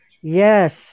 yes